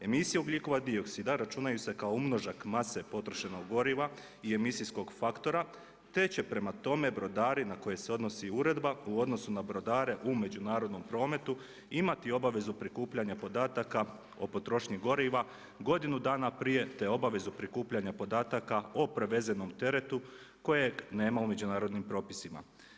Emisije ugljikovog dioksida računaju se kao umnožak mase potrošenog goriva i emisijskog faktora te će prema tome brodari na koje se odnosi uredba u odnosu na brodare u međunarodnom prometu imati obavezu prikupljanja podataka o potrošnji goriva godinu dana prije te obavezu prikupljanja podataka o prevezenom teretu kojeg nema u međunarodnim propisima.